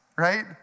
right